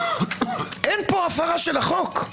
אין פה הפרת החוק.